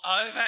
over